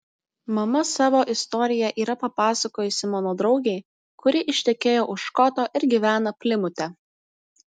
mama savo istoriją yra papasakojusi mano draugei kuri ištekėjo už škoto ir gyvena plimute